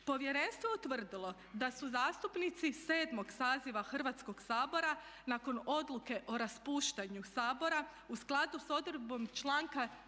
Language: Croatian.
Povjerenstvo je utvrdilo da su zastupnici 7. saziva Hrvatskoga sabora nakon Odluke o raspuštanju Sabora u skladu sa odredbom članka 11.